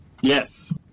Yes